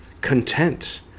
content